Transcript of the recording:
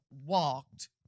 walked